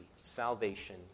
salvation